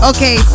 Okay